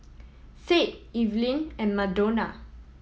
Sade Evelyn and Madonna